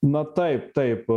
na taip taip